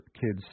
kids